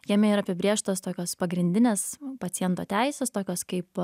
jame yra apibrėžtos tokios pagrindinės paciento teisės tokios kaip